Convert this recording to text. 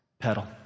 Pedal